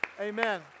amen